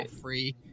free